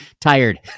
tired